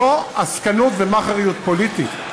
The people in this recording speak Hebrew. זאת עסקנות ו"מאכעריות" פוליטית.